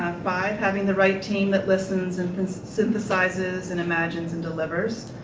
five, having the right team that listens and synthesizes and imagines and delivers.